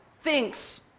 thinks